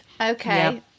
Okay